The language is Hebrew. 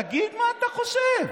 תגיד מה אתה חושב.